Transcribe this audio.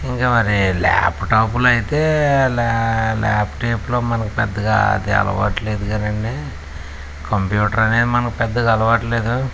ఇంకా మరి ల్యాప్టాప్లు అయితే ల్యాప్టాప్లు మనకు పెద్దగా అదే అలవాటు లేదు కదండి కంప్యూటర్ అనేది మనకు పెద్దగా అలవాటు లేదు